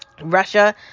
Russia